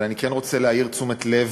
אבל אני כן רוצה להעיר תשומת לב